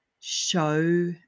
show